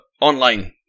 online